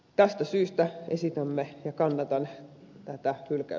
tästä syystä esitämme ja kannatan hylkäysesitystä